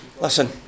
Listen